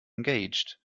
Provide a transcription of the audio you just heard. engaged